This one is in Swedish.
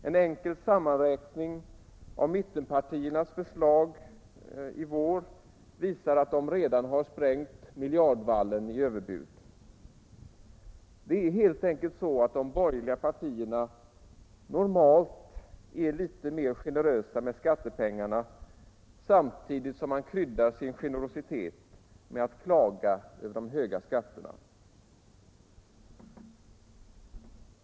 En enkel sammanräkning av mittenpartiernas förslag i vår visar att de redan har sprängt miljardvallen i överbud. Det är helt enkelt så att de borgerliga partierna normalt är litet mer generösa med skattepengarna, samtidigt som de kryddar sin generositet med att klaga över de höga skatterna.